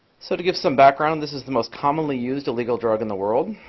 so to give some background, this is the most commonly used illegal drug in the world.